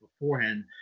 beforehand